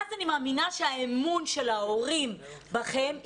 אז אני מאמינה שיהיה אמון של ההורים בכם.